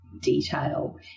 detail